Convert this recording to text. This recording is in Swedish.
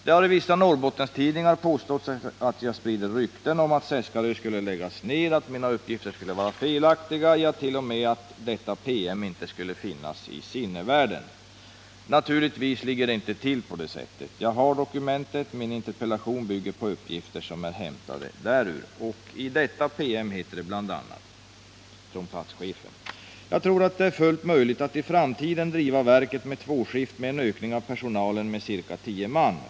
Det har i Norrbottenstidningar påståtts att jag sprider rykten om att Seskarö skall läggas ned och att mina uppgifter skulle vara felaktiga, ja, t.o.m. att platschefens PM inte skulle finnas i sinnevärlden. Naturligtvis ligger det inte till på det sättet. Jag har dokumentet, och min interpellation bygger på uppgifter hämtade därur. I platschefens PM heter det bl.a.: ”Jag tror att det är fullt möjligt att i framtiden driva verket med tvåskift med en ökning av personalen med cirka 10 man.